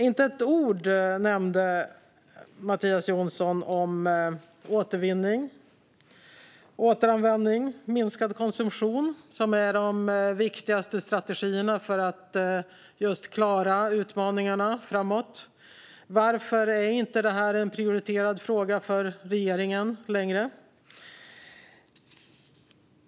Inte ett ord nämnde Mattias Jonsson om återvinning, återanvändning och minskad konsumtion, som är de viktigaste strategierna för att just klara utmaningarna framåt. Varför är inte detta längre en prioriterad fråga för regeringen?